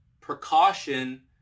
precaution